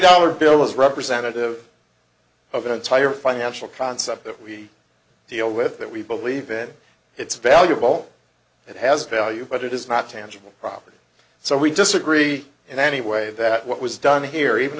dollar bill is representative of the entire financial concept that we deal with that we believe in it's valuable it has value but it is not tangible property so we disagree in any way that what was done here even